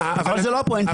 אבל זו לא הפואנטה.